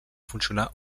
funcionar